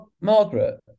Margaret